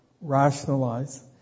rationalize